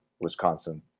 Wisconsin